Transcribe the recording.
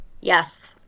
Yes